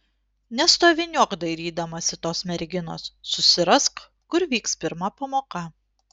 nestoviniuok dairydamasi tos merginos susirask kur vyks pirma pamoka